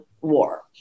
war